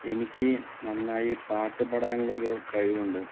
എനിക്ക് നന്നായി പാട്ടുപാടാൻ ഉള്ള ഒരു കഴിവുണ്ട്